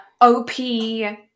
OP